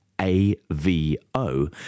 A-V-O